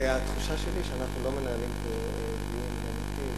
והתחושה שלי היא שאנחנו לא מנהלים פה דיון אמיתי,